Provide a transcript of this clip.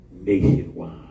nationwide